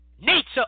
Nature